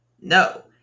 No